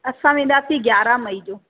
असां वेंदासीं ग्यारह मई जो